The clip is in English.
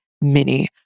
mini